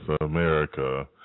America